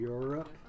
Europe